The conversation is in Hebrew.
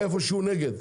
כשהוא מתנגד.